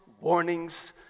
warnings